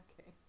Okay